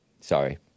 Sorry